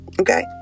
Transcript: Okay